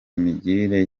migirire